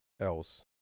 else